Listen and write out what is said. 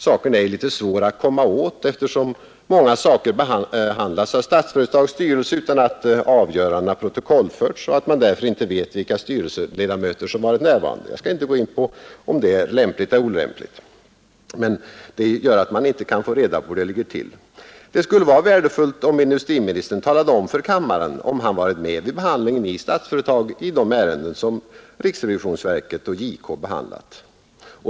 Saken är litet svår att komma åt, eftersom många frågor behandlats av Statsföretags styrelse utan att avgörandena protokollförts och man därför inte vet vilka styrelseledamöter som varit närvarande; jag skall inte gå in på om det är lämpligt eller olämpligt, men det gör att man inte kan få reda på hur det har gått till. Det skulle vara värdefullt om industriministern talade om för kammarens ledamöter om han varit med vid behandlingen i Statsföretag av de ärenden som riksrevisionsverket och JK behandlat.